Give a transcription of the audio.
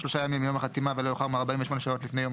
שלושה ימים מיום החתימה ולא יאוחר מ-48 שעות לפני יום